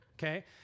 Okay